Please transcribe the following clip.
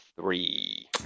three